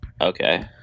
Okay